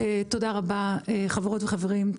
תודה רבה חברות וחברים,